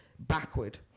backward